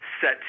Set